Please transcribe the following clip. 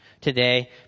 today